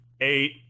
eight